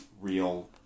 real